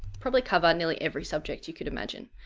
probably cover nearly every subject you could imagine.